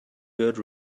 good